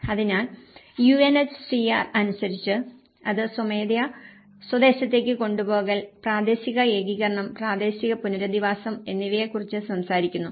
അതിനാൽ UNHCR അനുസരിച്ച് അത് സ്വമേധയാ സ്വദേശത്തേക്ക് കൊണ്ടുപോകൽ പ്രാദേശിക ഏകീകരണം പ്രാദേശിക പുനരധിവാസം എന്നിവയെക്കുറിച്ച് സംസാരിക്കുന്നു